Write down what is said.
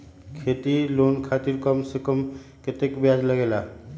खेती लोन खातीर कम से कम कतेक ब्याज लगेला?